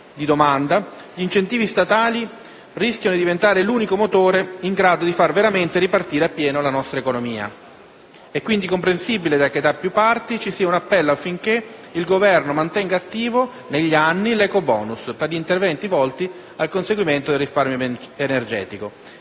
di domanda, gli incentivi statali rischiano di diventare l'unico motore in grado di far veramente ripartire in pieno la nostra economia. È quindi comprensibile che, da più parti, ci sia un appello affinché il Governo mantenga attivo negli anni l'ecobonus per gli interventi volti al conseguimento del risparmio energetico.